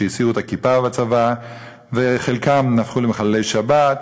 שהסירו את הכיפה בצבא וחלקם הפכו למחללי שבת.